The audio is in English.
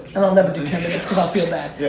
and i'll never do i'll feel bad.